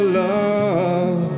love